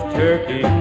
turkey